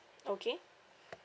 okay